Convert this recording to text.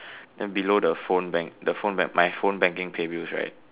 then below the phone bank the phone map my phone banking pay bills right